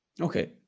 Okay